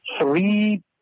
three